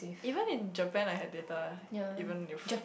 even in Japan I had data even if